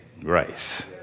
grace